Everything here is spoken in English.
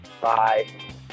Bye